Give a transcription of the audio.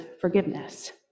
forgiveness